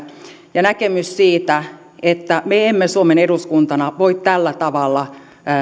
ja näkemys siitä että me emme suomen eduskuntana voi tällä tavalla